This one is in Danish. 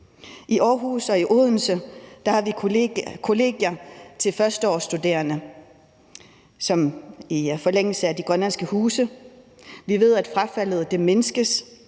I Aarhus og i Odense har vi kollegier til førsteårsstuderende i forlængelse af de grønlandske huse. Vi ved, at frafaldet mindskes.